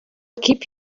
keep